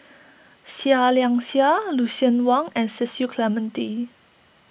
Seah Liang Seah Lucien Wang and Cecil Clementi